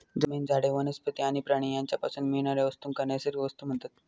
जमीन, झाडे, वनस्पती आणि प्राणी यांच्यापासून मिळणाऱ्या वस्तूंका नैसर्गिक वस्तू म्हणतत